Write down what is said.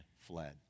fled